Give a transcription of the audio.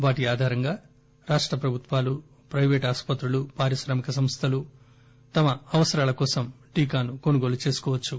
వాటి ఆధారంగా రాష్ట ప్రభుత్వాలు ప్రైవేటు ఆసుపత్రులు పారిశ్రామిక సంస్దలు తమ అవసరాల కోసం టీకాను కొనుగోలు చేసుకోవచ్చు